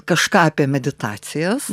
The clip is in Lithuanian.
kažką apie meditacijas